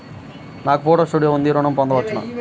నాకు photo studio ఉంది ఋణం పొంద వచ్చునా?